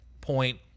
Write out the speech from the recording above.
point